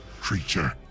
creature